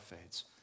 fades